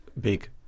big